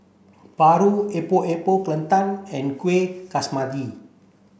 Paru Epok Epok Kentang and Kueh